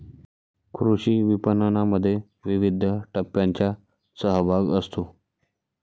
कृषी विपणनामध्ये विविध टप्प्यांचा सहभाग असतो